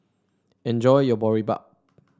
enjoy your Boribap